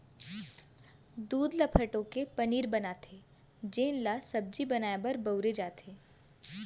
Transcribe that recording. दूद ल फटो के पनीर बनाथे जेन ल सब्जी बनाए बर बउरे जाथे